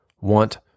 want